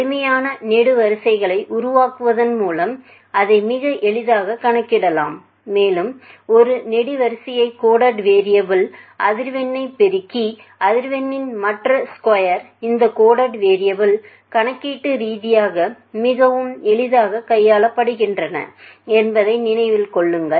எளிமையான நெடுவரிசைகளை உருவாக்குவதன் மூலம் அதை மிக எளிதாகக் கணக்கிடலாம் மேலும் 1 நெடுவரிசையை கோடடு வேரியபுள் அதிர்வெண்ணை பெருக்கி அதிர்வெண்ணின் மற்ற ஸ்குயா் இந்த கோடடு வேரியபுள் கணக்கீட்டு ரீதியாக மிகவும் எளிதாகக் கையாளப்படுகின்றன என்பதை நினைவில் கொள்ளுங்கள்